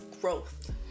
growth